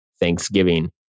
Thanksgiving